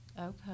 Okay